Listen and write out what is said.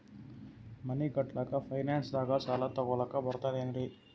ಮನಿ ಕಟ್ಲಕ್ಕ ಫೈನಾನ್ಸ್ ದಾಗ ಸಾಲ ತೊಗೊಲಕ ಬರ್ತದೇನ್ರಿ?